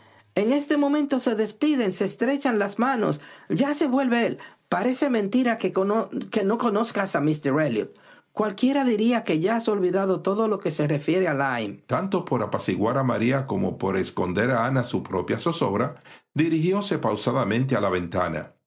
en este momento se despiden se estrechan las manos ya se vuelve él parece mentira qüe no conozcas a míster elliot cualquiera diría que has olvidado todo lo que se refiere a lyme tanto por apaciguar a maría como por esconder ana su propia zozobra dirigióse pausadamente a la ventana